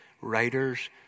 writers